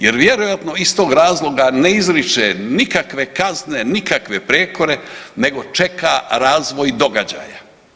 Jer vjerojatno iz tog razloga ne izriče nikakve kazne, nikakve prijekore, nego čeka razvoj događaja.